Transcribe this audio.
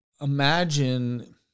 imagine